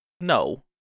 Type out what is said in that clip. no